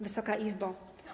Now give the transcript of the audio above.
Wysoka Izbo!